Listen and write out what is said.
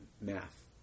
math